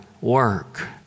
work